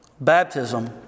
Baptism